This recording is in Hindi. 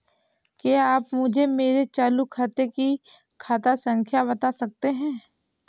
क्या आप मुझे मेरे चालू खाते की खाता संख्या बता सकते हैं?